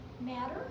matter